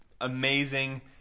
amazing